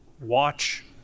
watch